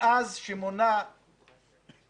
מאז שמונה המפקד